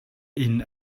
inn